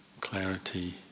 clarity